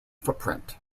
footprint